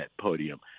podium